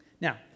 Now